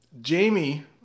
Jamie